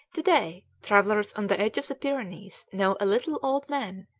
to-day, travellers on the edge of the pyrenees know a little old man,